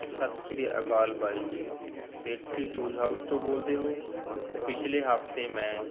ਸਤਿ ਸ਼੍ਰੀ ਅਕਾਲ ਬਾਈ ਜੀ ਸੇਠੀ ਸ਼ੂਜ਼ ਹਾਊਸ ਤੋਂ ਬੋਲਦੇ ਹੋ ਪਿਛਲੇ ਹਫ਼ਤੇ ਮੈਂ